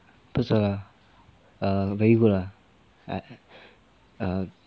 不是啦 err very good lah err